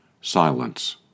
Silence